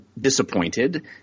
disappointed